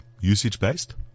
usage-based